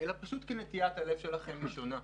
אלא פשוט כי נטיית הלב שלכם היא שונה.